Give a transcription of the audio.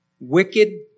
Wicked